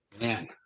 Man